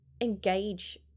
engage